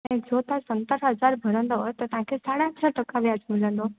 ऐं जो तव्हां सतरि हज़ार भरंदव त तव्हां खे साढा छह टका व्याज़ु मिलंदो